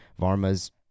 Varma's